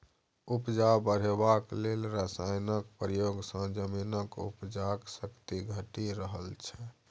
उपजा बढ़ेबाक लेल रासायनक प्रयोग सँ जमीनक उपजाक शक्ति घटि रहल छै